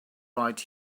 right